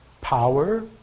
power